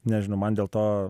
nežinau man dėl to